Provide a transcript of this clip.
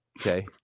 Okay